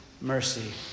mercy